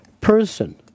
person